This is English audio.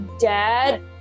dad